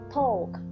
talk